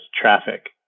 traffic